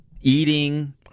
eating